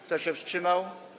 Kto się wstrzymał?